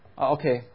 Okay